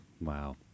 Wow